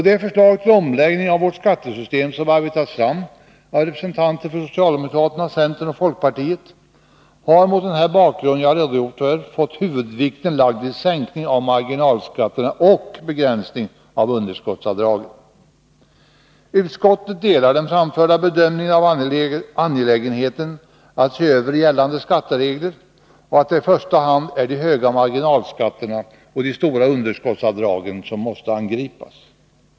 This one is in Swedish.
Det förslag till omläggning av vårt skattesystem som arbetats fram av representanter för socialdemokraterna, centern och folkpartiet har mot den bakgrund jag redogjort för fått huvudvikten lagd vid sänkning av marginal Utskottet delar den framförda bedömningen att det är angeläget att se över gällande skatteregler och att det i första hand är de höga marginalskatterna och de stora underskottsavdragen som måste angripas.